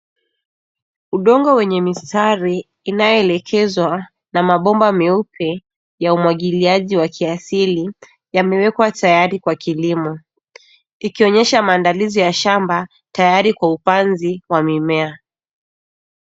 Udongo wenye mistari inayoelekezwa na mabomba meupe ya umwagiliaji wa kiasili yamewekwa tayari kwa kilimo ikionyesha maandalizi ya shamba tayari kwa upanzi wa mimea.